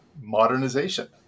modernization